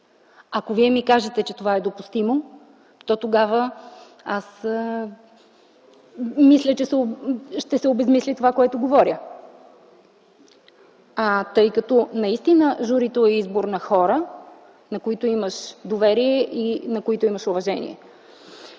Ако Вие ми кажете, че това е допустимо, то тогава аз мисля, че ще се обезсмисли това, за което говоря, тъй като наистина журито е избор на хора, на които имаш доверие и на които имаш уважение.